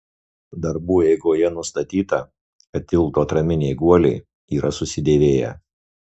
darbų eigoje nustatyta kad tilto atraminiai guoliai yra susidėvėję